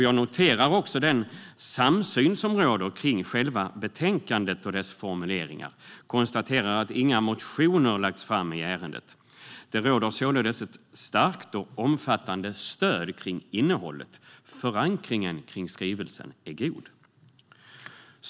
Jag noterar den samsyn som råder kring själva betänkandet och dess formuleringar och konstaterar att inga motioner lagts fram i ärendet. Det råder således ett starkt och omfattande stöd kring innehållet. Förankringen kring skrivelsen är god.